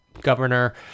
governor